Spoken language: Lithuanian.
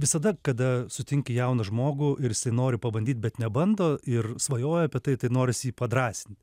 visada kada sutinki jauną žmogų ir nori pabandyt bet nebando ir svajoja apie tai tai norisi jį padrąsint